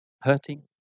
hurting